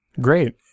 Great